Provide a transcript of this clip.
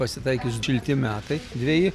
pasitaikius šilti metai dveji